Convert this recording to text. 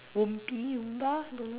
Wormpy Loompa don't know